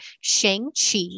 Shang-Chi